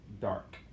dark